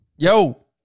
Yo